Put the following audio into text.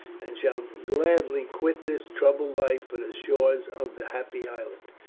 and shall gladly quit this troubled life for the shores of the happy island.